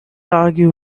argue